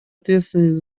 ответственность